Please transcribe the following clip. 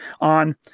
on